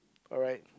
alright